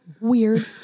weird